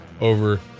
over